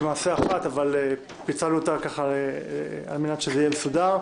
שהן למעשה אחת אבל פיצלנו אותה על מנת שזה יהיה מסודר,